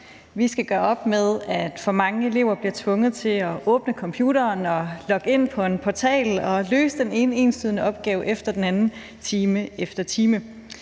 Vi skal gøre op med, at for mange elever bliver tvunget til at åbne computeren og logge ind på en portal og løse den ene enslydende opgave efter den anden, time efter time.